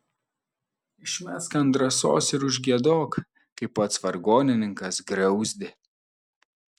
išmesk ant drąsos ir užgiedok kaip pats vargonininkas griauzdė